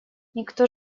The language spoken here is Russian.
никто